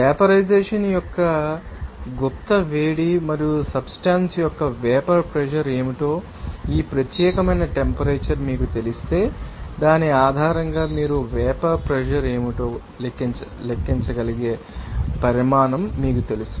vaporisation యొక్క యొక్క గుప్త వేడి మరియు సబ్స్టెన్స్ యొక్క వేపర్ ప్రెషర్ ఏమిటో ఈ ప్రత్యేకమైన టెంపరేచర్ మీకు తెలిస్తే దాని ఆధారంగా మీరు వేపర్ ప్రెషర్ ఏమిటో లెక్కించగలిగే పరిమాణం మీకు తెలుసు